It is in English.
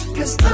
Cause